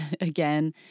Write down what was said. again